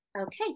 Okay